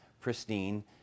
pristine